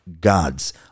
gods